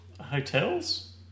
Hotels